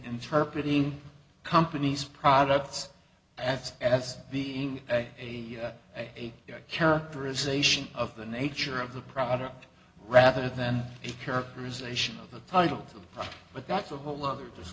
interpret ing company's products and as being a characterization of the nature of the product rather than the characterization of the title but that's a whole other